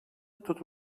tot